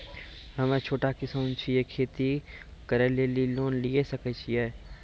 हम्मे छोटा किसान छियै, खेती करे लेली लोन लिये सकय छियै?